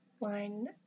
line